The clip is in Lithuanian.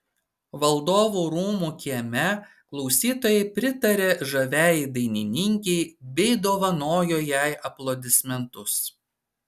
valdovų rūmų kieme klausytojai pritarė žaviajai dainininkei bei dovanojo jai aplodismentus